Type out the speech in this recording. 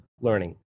learning